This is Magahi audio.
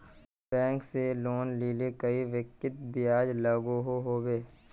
बैंक से लोन लिले कई व्यक्ति ब्याज लागोहो होबे?